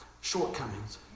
shortcomings